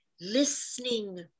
listening